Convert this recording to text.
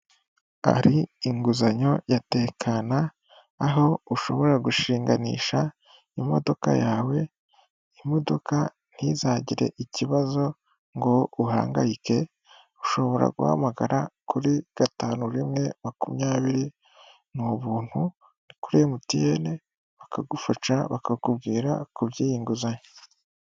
Hari inguzanyo yatekana aho ushobora gushinganisha imodoka yawe, imodoka ntizagire ikibazo ngo uhangayike. Ushobora guhamagara kuri gatanu rimwe makumyabiri ni ubuntu kuri MTN bakagufasha bakakubwira ku by'iyi nguzanyo.